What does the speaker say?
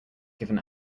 given